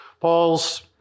Paul's